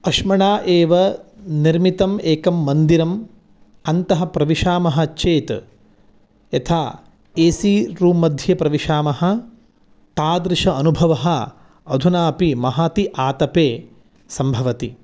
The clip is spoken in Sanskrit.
अश्मणा एव निर्मितम् एकं मन्दिरम् अन्तः प्रविशामः चेत् यथा एसिरूम्मध्ये प्रविशामः तादृशः अनुभवः अधुनापि महति आतपे सम्भवति